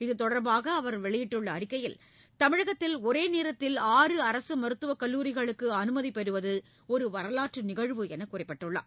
இது தொடர்பாக அவர் வெளியிட்டுள்ள அறிக்கையில் தமிழகத்திற்கு ஒரே நோத்தில் ஆறு அரசு மருத்துவக் கல்லூரிகளுக்கு அனுமதி பெறுவது ஒரு வரலாற்று நிகழ்வு என்று குறிப்பிட்டுள்ளார்